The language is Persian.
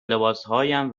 لباسهایم